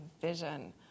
vision